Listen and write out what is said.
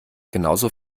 genauso